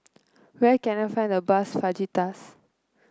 where can I find the bus Fajitas